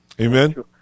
Amen